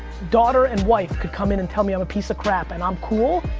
daughter and wife could come in and tell me i'm a piece of crap and i'm cool,